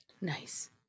Nice